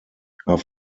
are